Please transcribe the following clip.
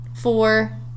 four